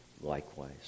likewise